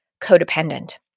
codependent